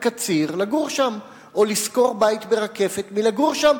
בקציר לגור שם או לשכור בית ברקפת ולגור שם.